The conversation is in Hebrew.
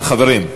חברים.